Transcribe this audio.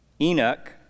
Enoch